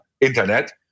internet